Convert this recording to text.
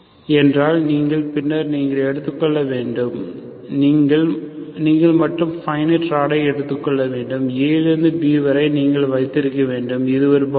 என்றால் நீங்கள் பின்னர் நீங்கள் எடுத்துக்கொள்ள வேண்டும் நீங்கள் மட்டும் பைனிட் ராட் ஐ எடுத்து கொள்ள வேண்டும் a லிறுந்து b வரை நீங்கள் வைத்திருக்க வேண்டும் இது ஒரு பவுண்டரி